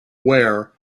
ware